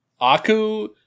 Aku